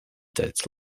that